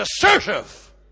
assertive